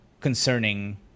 concerning